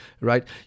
right